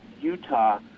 Utah